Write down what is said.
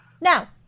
Now